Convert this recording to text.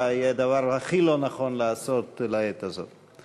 יהיה הדבר הכי לא נכון לעשות לעת הזאת.